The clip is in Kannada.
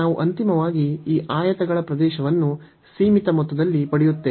ನಾವು ಅಂತಿಮವಾಗಿ ಈ ಆಯತಗಳ ಪ್ರದೇಶವನ್ನು ಸೀಮಿತ ಮೊತ್ತದಲ್ಲಿ ಪಡೆಯುತ್ತೇವೆ